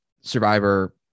Survivor